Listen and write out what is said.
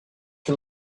can